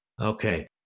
Okay